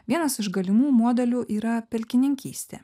vienas iš galimų modelių yra pelkininkistė